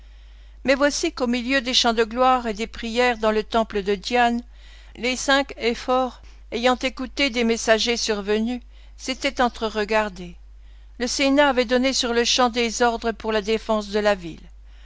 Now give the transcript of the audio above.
mais voici qu'au milieu des chants de gloire et des prières dans le temple de diane les cinq éphores ayant écouté des messagers survenus s'étaient entreregardés le sénat avait donné sur-le-champ des ordres pour la défense de la ville